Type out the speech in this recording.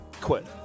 quit